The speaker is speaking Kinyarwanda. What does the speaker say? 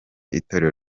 itorero